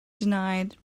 denied